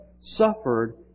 suffered